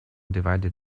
divided